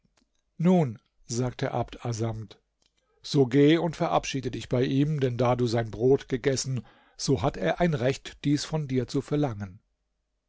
nun sagte abd assamd so geh und verabschiede dich bei ihm denn da du sein brot gegessen so hat er ein recht dies von dir zu verlangen